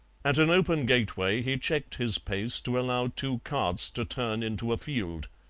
at an open gateway he checked his pace to allow two carts to turn into a field.